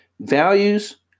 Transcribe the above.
Values